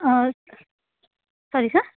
ah sorry sir